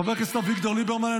חבר הכנסת אביגדור ליברמן,